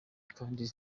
kandi